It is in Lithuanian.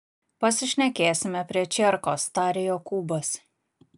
pasišnekėsime prie čierkos tarė jokūbas